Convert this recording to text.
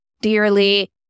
dearly